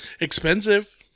expensive